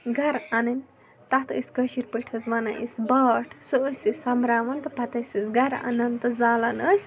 گَرٕ اَنٕنۍ تَتھ ٲسۍ کٲشِر پٲٹھۍ حظ وَنان أسۍ باٹھ سُہ ٲسۍ أسۍ سۄمبراوان تہٕ پَتہٕ ٲسۍ أسۍ گَرٕ اَنان تہٕ زالان ٲسۍ